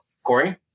Corey